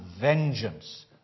vengeance